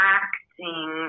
acting